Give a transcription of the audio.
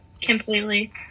Completely